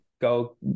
go